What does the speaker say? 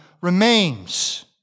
remains